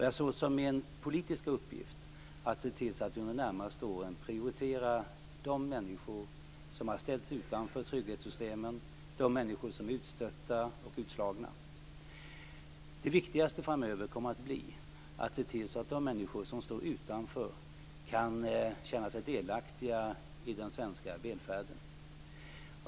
Jag ser som min politiska uppgift att se till att vi under de närmaste åren prioriterar de människor som har ställts utanför trygghetssystemen, de människor som är utstötta och utslagna. Det viktigaste framöver kommer att bli att se till att de människor som står utanför kan känna sig delaktiga i den svenska välfärden.